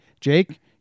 Jake